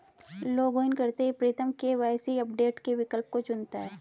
login करते ही Pritam KYC update के विकल्प को चुनता है